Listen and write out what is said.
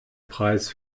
preis